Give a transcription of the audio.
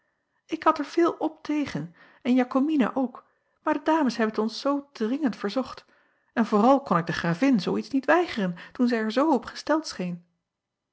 ik had er veel op tegen en akomina ook maar de ames hebben t ons zoo dringend verzocht en vooral kon ik de ravin zoo iets niet weigeren toen zij er zoo op gesteld scheen